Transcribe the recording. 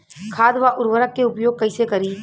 खाद व उर्वरक के उपयोग कईसे करी?